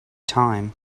time